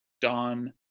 Don